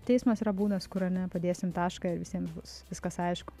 teismas yra būdas kuriame padėsim tašką ir visiem bus viskas aišku